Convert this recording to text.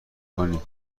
کنی